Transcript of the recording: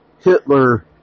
Hitler